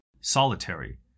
solitary